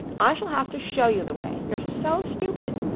i shall have to show you the way, you're so stupid.